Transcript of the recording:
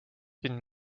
been